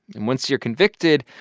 and once you're convicted,